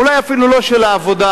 אולי אפילו לא של העבודה,